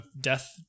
death